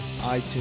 iTunes